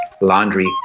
Laundry